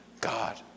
God